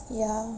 ya